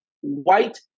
White